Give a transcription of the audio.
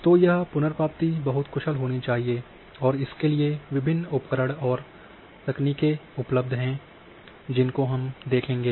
तो यह पुनर्प्राप्ति बहुत कुशल होनी चाहिए और इसके लिए विभिन्न उपकरण और तकनीकें उपलब्ध है जो हम देखेंगे